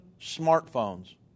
smartphones